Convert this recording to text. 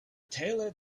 taylor